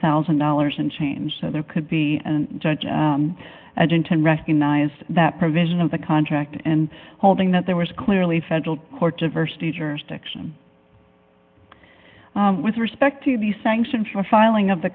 thousand dollars in change so there could be and judge as intent recognized that provision of the contract and holding that there was clearly federal court diversity jurisdiction with respect to the sanction for filing of the